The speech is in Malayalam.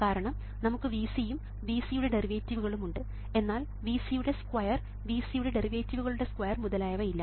കാരണം നമുക്ക് Vc യും Vc യുടെ ഡെറിവേറ്റീവുകളും ഉണ്ട് എന്നാൽ Vc യുടെ സ്ക്വയർ Vc യുടെ ഡെറിവേറ്റീവുകളുടെ സ്ക്വയർ മുതലായവ ഇല്ല